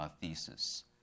thesis